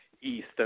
east